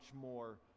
more